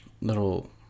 little